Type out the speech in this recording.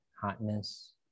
hardness